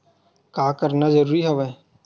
का करना जरूरी हवय?